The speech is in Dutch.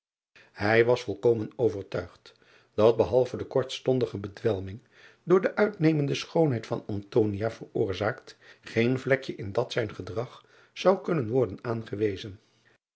ij was volkomen overtuigd dat behalve de kortstondige bedwelming door de uitnemende schoonheid van veroorzaakt geen vlekje in dat zijn gedrag zou kunnen worden aangewezen